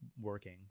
working